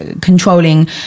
controlling